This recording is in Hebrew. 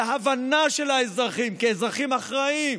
להבנה של האזרחים כאזרחים אחראיים